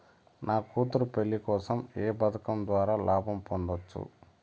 నా కూతురు పెళ్లి కోసం ఏ పథకం ద్వారా లాభం పొందవచ్చు?